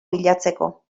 bilatzeko